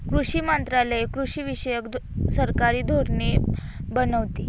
कृषी मंत्रालय कृषीविषयक सरकारी धोरणे बनवते